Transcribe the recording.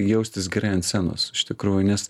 jaustis gerai ant scenos iš tikrųjų nes